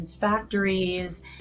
factories